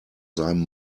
seinem